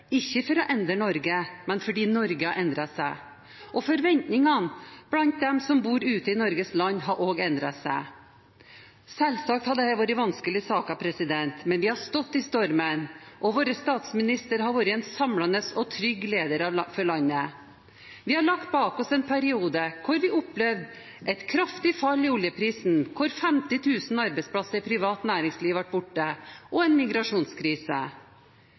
ikke for å endre Norge, men fordi Norge har endret seg, og forventningene blant dem som bor ute i Norges land, har også endret seg. Selvsagt har dette vært vanskelige saker, men vi har stått i stormen, og vår statsminister har vært en samlende og trygg leder av landet. Vi har lagt bak oss en periode hvor vi opplevde et kraftig fall i oljeprisen, hvor 50 000 arbeidsplasser i privat næringsliv ble borte, og en migrasjonskrise.